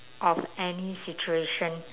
of any situation